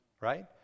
Right